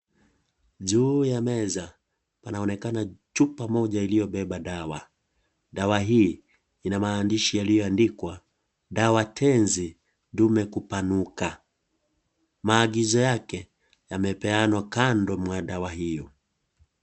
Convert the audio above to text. Juu ya meza, panaonekana chupa moja iliyobeba dawa. Dawa hii, ina maandishi yaliyoandikwa, dawa tenzi ndume kupanuka. Maagizo yake, yamepewanwa kando mwa dawa hiyo.